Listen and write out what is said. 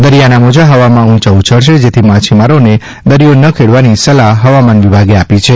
દરિયાના મોજા હવામાં ઉંચા ઉછળશે જેથી માછીમારોને દરિથો ન ખેડવાની સલાહ હવામાન વિભાગે આપી છે